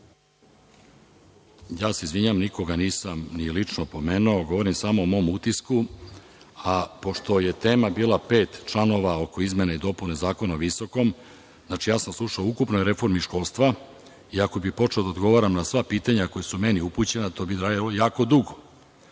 Ja se izvinjavam, nikoga nisam lično pomenuo, govorim samo o mom utisku, a pošto je tema bila pet članova oko izmene i dopune zakona o visokom, znači, ja sam slušao o ukupnoj reformi školstva i ako bih počeo da odgovaram na sva pitanja koja su meni upućena to bi trajalo jako dugo. Ako